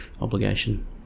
obligation